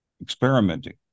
experimenting